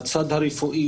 בצד הרפואי,